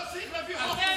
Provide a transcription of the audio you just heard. לא צריך להביא חוק.